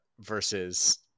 versus